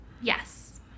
Yes